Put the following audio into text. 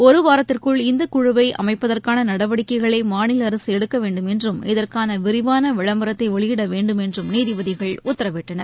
ஒருவாரத்திற்குள் இந்தக் குழுவை அமைப்பதற்கான நடவடிக்கைகளை மாநில அரசு எடுக்க வேண்டும் என்றும் இதற்கான விரிவான விளம்பரத்தை வெளியிட வேண்டும் என்றும் நீதிபதிகள் உத்தரவிட்டனர்